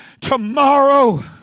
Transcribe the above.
tomorrow